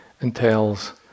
entails